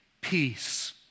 peace